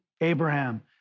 Abraham